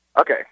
Okay